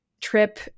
Trip